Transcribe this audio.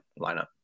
lineup